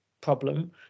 problem